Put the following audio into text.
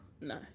No